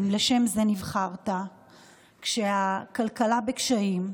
אם לשם זה נבחרת כשהכלכלה בקשיים,